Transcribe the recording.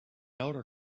older